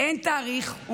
עידן כמובן צודק כל כך.